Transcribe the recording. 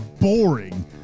boring